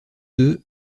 deux